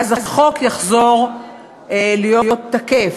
ואז החוק יחזור להיות תקף,